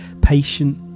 patient